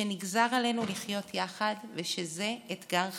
שנגזר עלינו לחיות יחד ושזה אתגר חיינו.